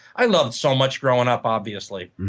i loved so much growing up, obviously.